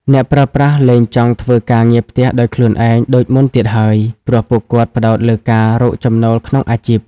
អ្នកប្រើប្រាស់លែងចង់ធ្វើការងារផ្ទះដោយខ្លួនឯងដូចមុនទៀតហើយ ព្រោះពួកគាត់ផ្ដោតលើការរកចំណូលក្នុងអាជីព។